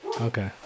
Okay